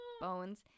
Bones